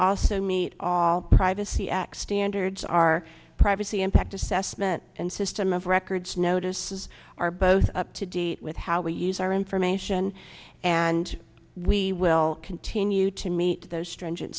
also meet all privacy act standards our privacy impact assessment and system of records notice is are both up to date with how we use our information and we will continue to meet those stringent